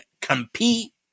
compete